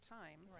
time